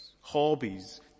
hobbies